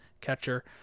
catcher